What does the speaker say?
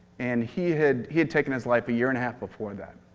and he had he had taken his life a year and a half before that.